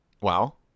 Wow